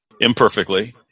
imperfectly